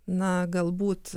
na galbūt